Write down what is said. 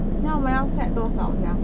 then 我们要 set 多少 sia